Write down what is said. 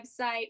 website